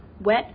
wet